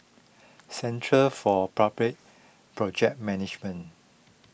Centre for Public Project Management